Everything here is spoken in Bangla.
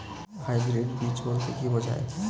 হাইব্রিড বীজ বলতে কী বোঝায়?